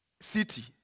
city